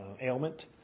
ailment